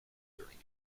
during